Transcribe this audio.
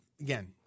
again